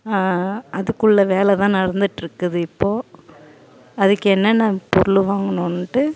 அதுக்குள்ள வேலை தான் நடந்துட்டு இருக்குது இப்போது அதுக்கு என்னென்ன பொருள் வாங்கணும்ன்ட்டு